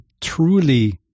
truly